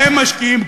בהם משקיעים,